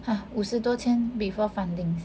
!huh! 五十多天 before funding